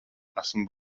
esmu